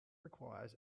requires